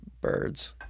birds